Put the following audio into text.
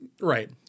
Right